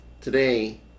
today